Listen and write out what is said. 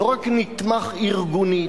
לא רק נתמך ארגונית,